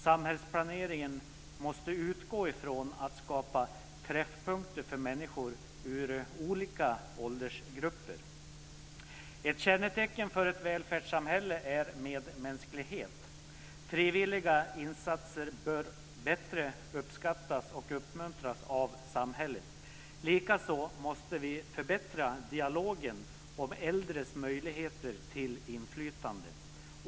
Samhällsplaneringen måste utgå ifrån att skapa träffpunkter för människor ur olika åldersgrupper. Ett kännetecken för ett välfärdssamhälle är medmänsklighet. Frivilliga insatser bör bättre uppskattas och uppmuntras av samhället. Likaså måste vi förbättra dialogen om äldres möjligheter till inflytande.